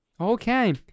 Okay